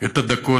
את הדקות,